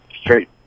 straight